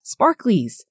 sparklies